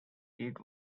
eat